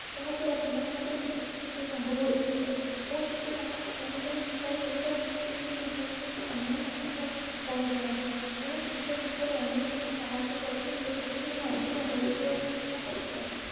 ଯାହା ଦ୍ୱାରା ପିଲାମାନଙ୍କର ବିକାଶ ମଧ୍ୟ ସମ୍ଭବ ହୋଇପାରିବ ମୁଁ ଯେପରି ଆଗକୁ ବଢ଼ିବାରେ ସଫଳ ହୋଇପାରୁଛିି ସେହିପରି ମୋ ସହିତ ଅନ୍ୟମାନେ ମଧ୍ୟ ବଢ଼ିପାରନ୍ତୁ ମୁଁ ଚିତ୍ର କିପରି ଅନ୍ୟମାନଙ୍କୁ ସାହାଯ୍ୟ କରିପାରିବ ସେଥିପାଇଁ ମୁଁ ଅଧିକ ଗୁରୁତ୍ୱ ଆରୋପ କରିଥାଏ